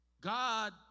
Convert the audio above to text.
God